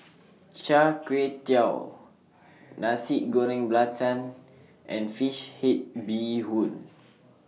Char Kway Teow Nasi Goreng Belacan and Fish Head Bee Hoon